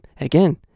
again